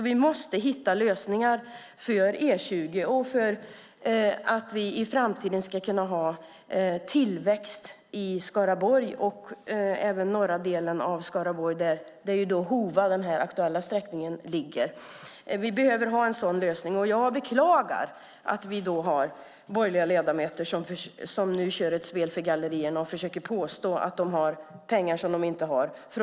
Vi måste hitta lösningar för E20 så att vi i framtiden ska kunna ha tillväxt i Skaraborg - även i norra delen där den aktuella sträckningen vid Hova ligger. Jag beklagar att vi har borgerliga ledamöter som ägnar sig åt spel för gallerierna och påstår att ska satsa pengar som de inte har.